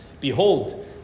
behold